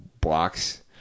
blocks